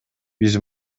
биз